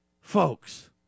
folks